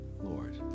Lord